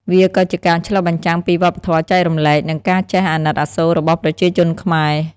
វាក៏ជាការឆ្លុះបញ្ចាំងពីវប្បធម៌ចែករំលែក និងការចេះអាណិតអាសូររបស់ប្រជាជនខ្មែរ។